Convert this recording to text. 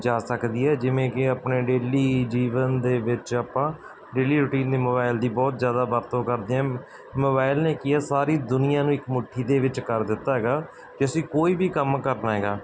ਜਾ ਸਕਦੀ ਹੈ ਜਿਵੇਂ ਕਿ ਆਪਣੇ ਡੇਲੀ ਜੀਵਨ ਦੇ ਵਿੱਚ ਆਪਾਂ ਡੇਲੀ ਰੂਟੀਨ ਦੇ ਮੋਬਾਇਲ ਦੀ ਬਹੁਤ ਜ਼ਿਆਦਾ ਵਰਤੋਂ ਕਰਦੇ ਹਾਂ ਮੋਬਾਇਲ ਨੇ ਕੀ ਆ ਸਾਰੀ ਦੁਨੀਆ ਨੂੰ ਇੱਕ ਮੁੱਠੀ ਦੇ ਵਿੱਚ ਕਰ ਦਿੱਤਾ ਹੈਗਾ ਕਿ ਅਸੀਂ ਕੋਈ ਵੀ ਕੰਮ ਕਰਨਾ ਹੈਗਾ